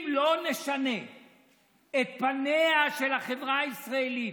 אם לא נשנה את פניה של החברה הישראלית